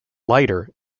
lighter